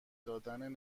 دادن